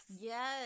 Yes